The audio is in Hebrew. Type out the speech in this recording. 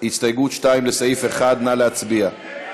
הסתייגות 2, לסעיף 1. נא להצביע.